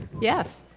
yes.